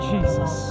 Jesus